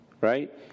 right